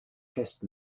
test